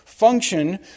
function